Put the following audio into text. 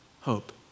Hope